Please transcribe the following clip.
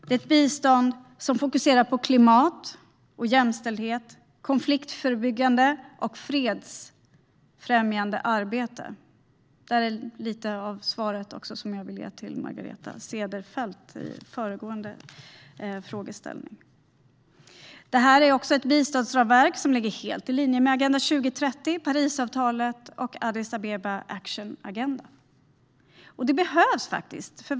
Det är ett bistånd som fokuserar på klimat, jämställdhet, konfliktförebyggande och fredsfrämjande arbete. Där är lite av det svar som jag vill ge till Margareta Cederfelt på föregående frågeställning. Det här är också ett biståndsramverk som ligger helt i linje med Agenda 2030, Parisavtalet och Addis Ababa Action Agenda. Och det behövs faktiskt.